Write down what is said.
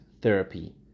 therapy